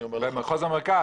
במחוז המרכז.